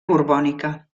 borbònica